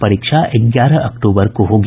परीक्षा ग्यारह अक्टूबर को होगी